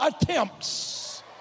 attempts